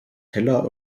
heller